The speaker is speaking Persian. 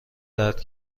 درد